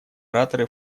ораторы